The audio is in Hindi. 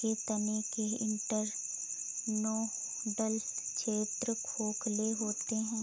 के तने के इंटरनोडल क्षेत्र खोखले होते हैं